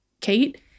Kate